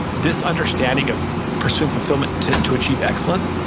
this understanding of pursuing fulfillment to to achieve excellence,